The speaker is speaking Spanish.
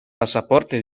pasaporte